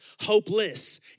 hopeless